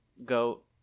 goat